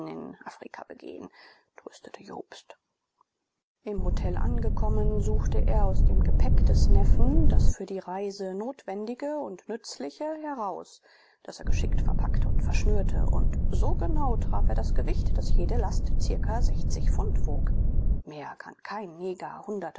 in afrika begehen tröstete jobst im hotel wieder angekommen suchte er aus dem gepäck des neffen das für die reise notwendige und nützliche heraus das er geschickt verpackte und verschnürte und so genau traf er das gewicht daß jede last ca pfund wog mehr kann kein neger hunderte